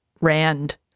Rand